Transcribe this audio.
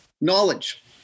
knowledge